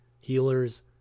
healers